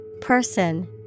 Person